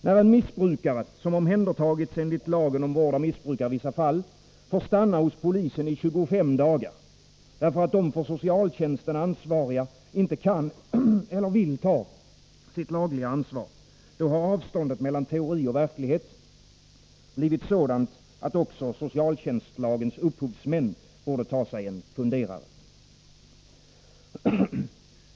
När en missbrukare som omhändertagits enligt lagen om vård av missbrukare i vissa fall får stanna hos polisen i 25 dagar, därför att de för socialtjänsten ansvariga inte kan eller vill ta sitt lagliga ansvar — då har avståndet mellan teori och verklighet blivit sådant att också socialtjänstlagens upphovsmän borde ta sig en funderare.